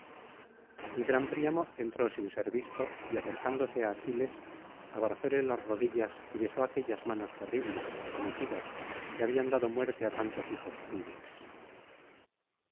el gran príamo entró sin ser visto y acercándose á aquiles abrazóle las rodillas y besó aquellas manos terribles homicidas que habían dado muerte á tantos hijos suyos